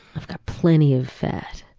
i've got plenty of fat.